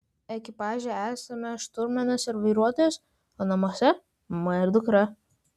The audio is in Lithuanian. ekipaže esame šturmanas ir vairuotojas o namuose mama ir dukra